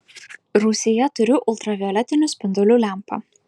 rūsyje turiu ultravioletinių spindulių lempą